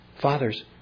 fathers